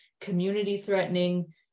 community-threatening